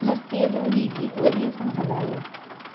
मस्तीअ जो हीउ गीत वरीअ सां हलायो